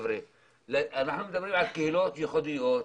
אנחנו מדברים על קהילות ייחודיות.